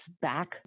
back